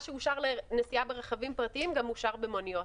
מה שאושר לנסיעה ברכבים פרטיים אושר גם במוניות.